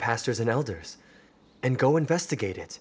pastors and elders and go investigate it